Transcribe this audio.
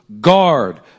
Guard